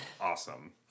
awesome